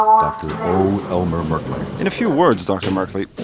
dr. o. elmer merkley. in a few words, dr. merkley,